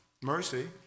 mercy